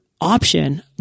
option